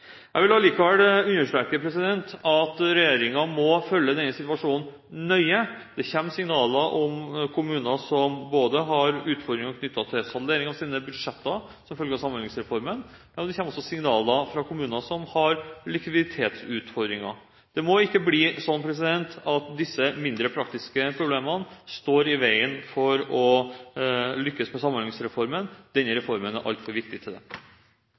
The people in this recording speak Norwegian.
Jeg vil likevel understreke at regjeringen må følge denne situasjonen nøye. Det kommer signaler om kommuner som har utfordringer knyttet til saldering av sine budsjetter – som følge av Samhandlingsreformen. Men det kommer også signaler fra kommuner som har likviditetsutfordringer. Det må ikke bli sånn at disse mindre, praktiske problemene står i veien for å lykkes med Samhandlingsreformen. Denne reformen er altfor viktig til